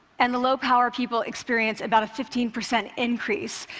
and the low-power people experience about a fifteen percent increase.